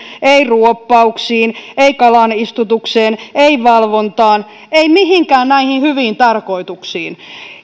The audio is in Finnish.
ei ruoppauksiin ei kalanistutukseen ei valvontaan ei mihinkään näihin hyviin tarkoituksiin